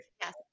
Yes